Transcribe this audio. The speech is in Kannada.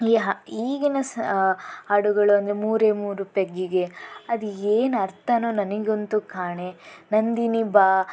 ಈ ಹಾ ಈಗಿನ ಸ ಹಾಡುಗಳೆಂದ್ರೆ ಮೂರೇ ಮೂರು ಪೆಗ್ಗಿಗೆ ಅದು ಏನು ಅರ್ಥನೋ ನನಗಂತೂ ಕಾಣೆ ನಂದಿನಿ ಬಾ